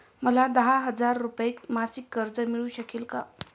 मला दहा हजार रुपये मासिक कर्ज मिळू शकेल का?